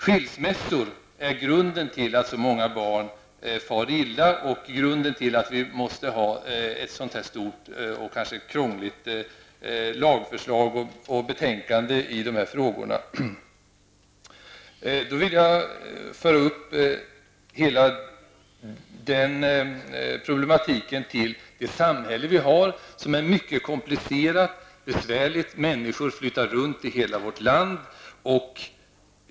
Skilsmässor är grunden till att så många barn far illa och till att vi måste ha sådana omfattande och kanske krångliga lagförslag och betänkanden i dessa frågor. Jag vill anknyta hela den problematiken till det samhälle vi har som är mycket komplicerat och besvärligt. Människor flyttar runt i hela vårt land.